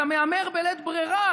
אתה מהמר בלית ברירה,